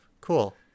Cool